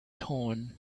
torn